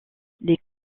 les